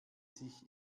sich